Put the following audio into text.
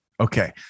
Okay